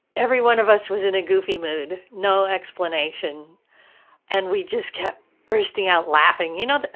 every one of us was in a goofy mood. no explanation and we just kept bursting out laughing, you know,